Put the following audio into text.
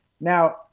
Now